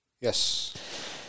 Yes